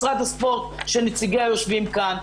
משרד הספורט שנציגיה יושבים כאן.